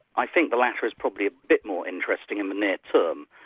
i think the latter is probably a bit more interesting in the near term,